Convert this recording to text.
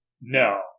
No